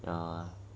ya